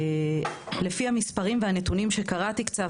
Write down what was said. לפי המספרים והנתונים שקראתי קצת,